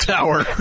Tower